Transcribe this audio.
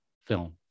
film